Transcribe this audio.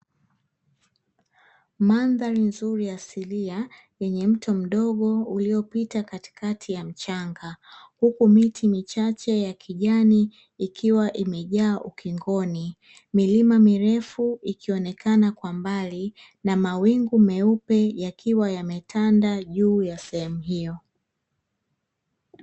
Mandhari nzuri asilia yenye mto mdogo uliopita katikati ya mchanga, huku miti michache ya kijani ikiwa imejaa ukingoni, milima mirefu ikionekana kwa mbali na mawingu meupe yakiwa yametanda juu ya sehemu hio.